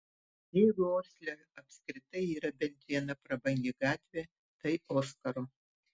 jeigu osle apskritai yra bent viena prabangi gatvė tai oskaro